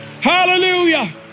hallelujah